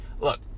Look